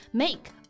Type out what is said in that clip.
make